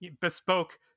bespoke